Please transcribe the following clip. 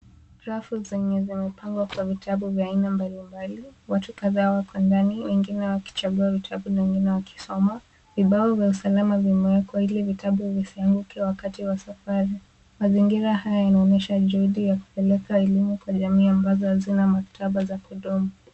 Rafu zenye zimepangwa kwa vitabu vya aina mbalimbali, watu kadhaa wako ndani wengine wakichagua vitabu wengine wakisoma, vibao vya usalama vimewekwa ili vitabu visianguke wakati wa safari, mazingira haya nayaonyesha juhudi ya kupeleka elimu kwa jamii ambazo hazina maktaba ya kudumu.